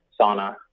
sauna